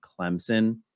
Clemson